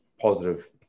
positive